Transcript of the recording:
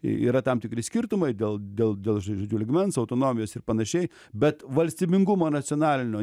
y yra tam tikri skirtumai dėl dėl dėl žodžiu lygmens autonomijos ir panašiai bet valstybingumo nacionalinio